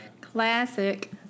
classic